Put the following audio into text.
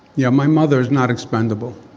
yeah, my mother is not expendable.